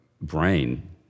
brain